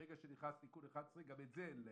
ברגע שנכנס תיקון 11 גם את זה אין להם,